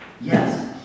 Yes